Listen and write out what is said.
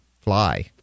fly